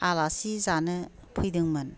आलासि जानो फैदोंमोन